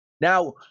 Now